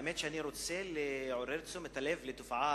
האמת שאני רוצה לעורר תשומת הלב לתופעה,